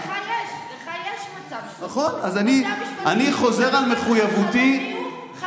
לך יש מצע משפטי --- נכון.